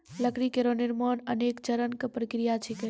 लकड़ी केरो निर्माण अनेक चरण क प्रक्रिया छिकै